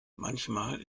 manchmal